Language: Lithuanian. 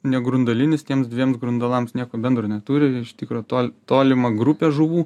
negrundalinis tiems dviems grundalams nieko bendro neturi tikro tol tolima grupė žuvų